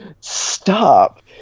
stop